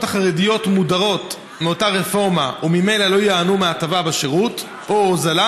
החרדיות מודרות מאותה רפורמה וממילא לא ייהנו מהטבה בשירות או הוזלה,